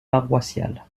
paroissiale